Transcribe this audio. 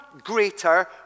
greater